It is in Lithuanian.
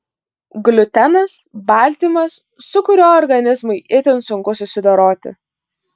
gliutenas baltymas su kuriuo organizmui itin sunku susidoroti